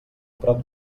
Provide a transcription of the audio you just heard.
prop